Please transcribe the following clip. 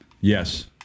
yes